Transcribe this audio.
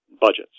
budgets